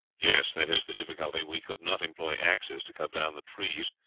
yes, that is the difficulty. we could not employ axes to cut down the trees,